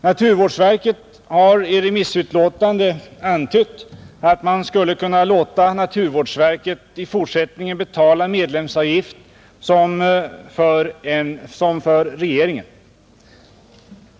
Naturvårdsverket har i sitt remissyttrande antytt att man skulle kunna låta naturvårdsverket i fortsättningen betala medlemsavgift som för regering.